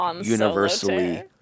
universally